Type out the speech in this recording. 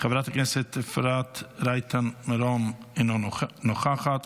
חברת הכנסת אפרת רייטן מרום, אינה נוכחת.